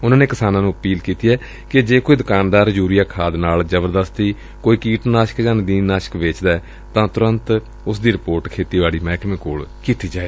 ਉਨੂਾ ਨੇ ਕਿਸਾਨਾਂ ਨੂੰ ਅਪੀਲ ਕੀਤੀ ਕਿ ਜੇ ਕੋਈ ਦੁਕਾਨਦਾਰ ਯੂਰੀਆ ਖਾਦ ਨਾਲ ਜਬਰਦਸਤੀ ਕੋਈ ਕੀਟਨਾਸਕ ਜਾ ਨਦੀਨ ਨਾਸ਼ਕ ਵੇਚਦਾ ਏ ਤਾਂ ਤੁਰੰਤ ਉਸ ਦੀ ਰਿਪੋਰਟ ਖੇਤੀਬਾਡੀ ਮਹਿਕਮੇ ਨੂੰ ਦਿੱਡੀ ਜਾਏ